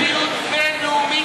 לכם יש מדיניות בין-לאומית הזויה.